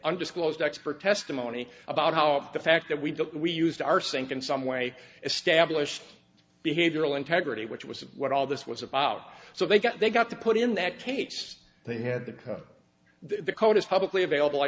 undisclosed expert testimony about how the fact that we do we used our sink in some way established behavioral integrity which was what all this was about so they got they got to put in that case they had the code the code is publicly available i